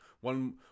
one